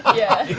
yeah.